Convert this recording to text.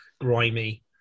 grimy